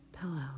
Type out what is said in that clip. pillow